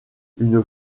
une